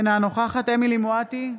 אינה נוכחת אמילי חיה מואטי,